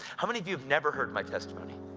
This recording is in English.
how many of you have never heard my testimony?